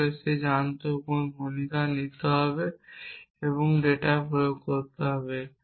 তাহলে সে জানত কোন ভূমিকা নিতে হবে এবং কোন ডেটা প্রয়োগ করতে হবে